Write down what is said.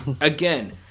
Again